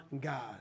God